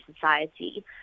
society